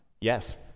Yes